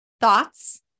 thoughts